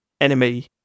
enemy